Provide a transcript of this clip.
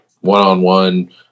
one-on-one